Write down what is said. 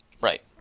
Right